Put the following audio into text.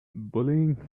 bullying